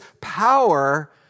power